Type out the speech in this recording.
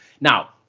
Now